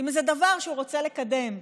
עם איזה דבר שהוא רוצה לקדם.